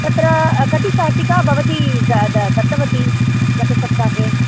तत्र कति शाटिकाः भवती द द दत्तवती गतसप्ताहे